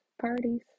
parties